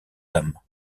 dames